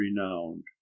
renowned